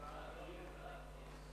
הכנסה (הטבות מס לתושבי יישובים בגולן),